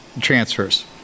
transfers